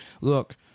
look